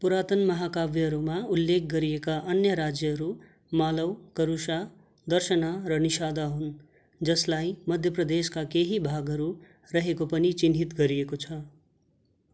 पुरातन महाकाव्यहरूमा उल्लेख गरिएका अन्य राज्यहरू मालव करुषा दसर्ना र निषादा हुन् जसलाई मध्य प्रदेशका केही भागहरू रहेको पनि चिन्हित गरिएको छ